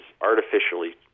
artificially